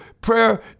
Prayer